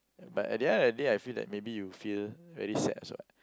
but at the end of the day I feel that maybe you feel very sad also what